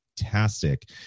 fantastic